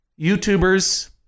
YouTubers